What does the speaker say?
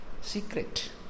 secret